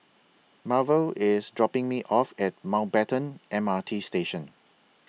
Marvel IS dropping Me off At Mountbatten M R T Station